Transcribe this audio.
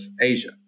Asia